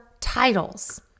titles